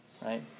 right